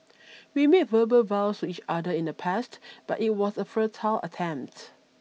we made verbal vows to each other in the past but it was a futile attempt